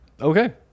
Okay